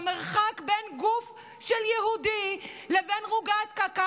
המרחק בין גוף של יהודי לבין רוגטקה,